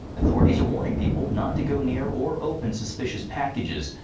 authorities are warning people not to go near or open suspicious packages.